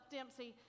Dempsey